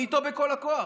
אני איתו בכל הכוח,